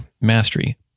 mastery